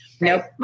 Nope